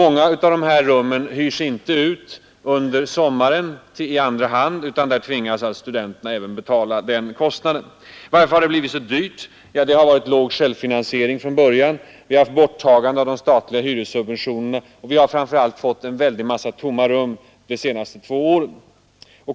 Många av dessa rum hyrs inte ut i andra hand under sommaren, utan här tvingas studenterna att betala hyreskostnaden även under denna tid. Varför har det blivit så dyrt? Jo, det har varit låg självfinansiering från början, det har varit ett borttagande av de statliga hyressubventionerna, och vi har framför allt fått en massa tomma rum under de senaste två åren.